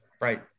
right